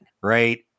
right